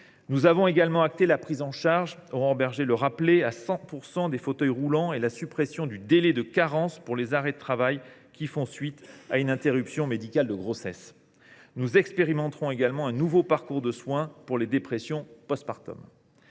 nous avons acté la prise en charge à 100 % des fauteuils roulants et la suppression du délai de carence pour les arrêts de travail qui font suite à une interruption médicale de grossesse. Enfin, nous expérimenterons un nouveau parcours de soins pour les dépressions post partum.